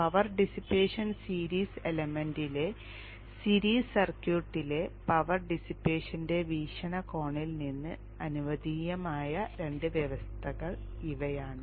power dissipation series എലമെന്റിലെ series സർക്യൂട്ടിലെ power ഡിസ്സിപ്പേഷന്റെ വീക്ഷണകോണിൽ നിന്ന് അനുവദനീയമായ രണ്ട് വ്യവസ്ഥകൾ ഇവയാണ്